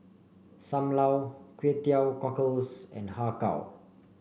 Sam Lau Kway Teow Cockles and Har Kow